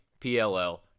PLL